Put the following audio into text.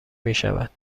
میشود